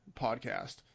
podcast